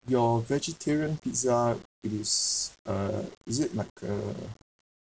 your vegetarian pizza it is uh is it like uh